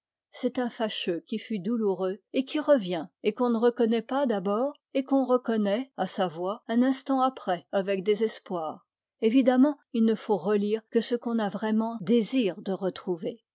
c'est un fâcheux qui fut douloureux et qui revient et qu'on ne reconnaît pas d'abord et qu'on reconnaît à sa voix un instant après avec désespoir évidemment il ne faut relire que ce qu'on a vraiment désir de retrouver